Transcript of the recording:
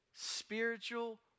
Spiritual